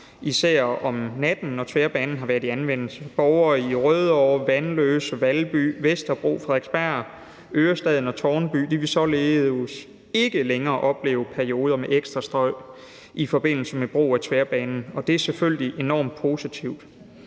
især om natten, når tværbanen har været i anvendelse. Borgere i Rødovre, Vanløse, Valby, Vesterbro, Frederiksberg, Ørestaden og Tårnby vil således ikke længere opleve perioder med ekstra støj i forbindelse med brug af tværbanen, og det er selvfølgelig enormt positivt.